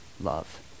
love